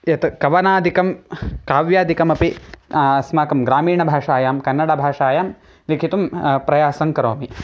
यत् कवनादिकं काव्यादिकमपि अस्माकं ग्रामीणभाषायां कन्नडभाषायां लिखितुं प्रयासं करोमि